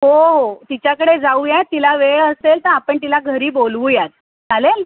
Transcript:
हो हो तिच्याकडे जाऊया तिला वेळ असेल तर आपण तिला घरी बोलूयात चालेल